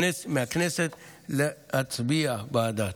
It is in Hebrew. ומבקשת מהכנסת להצביע בעדה.